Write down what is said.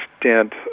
extent